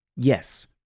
Yes